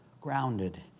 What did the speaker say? grounded